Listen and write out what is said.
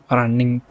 running